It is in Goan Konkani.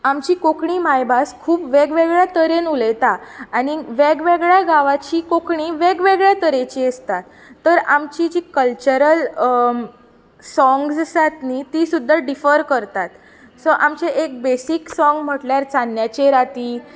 आमची कोंकणी मांयभास खूब वेगवेगळ्या तरेन उलयतात आनी वेगवगेळ्या गांवाची कोंकणी वेगवेगळ्या तरेची आसता तर आमची जी कल्चरल साँग्स आसात न्ही तीं सुद्दां डिफर करतात सो आमचें एक बेसीक साँग म्हळ्यार चान्न्याचे रातीं